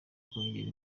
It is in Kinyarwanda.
kongera